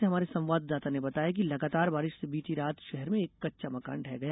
आगर मालवा से हमारे संवाददाता ने बताया है कि लगातार बारिश से बीती रात शहर में एक कच्चा मकान ढह गया